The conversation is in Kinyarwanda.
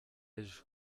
ejo